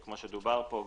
כמו שדובר פה,